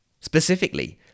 Specifically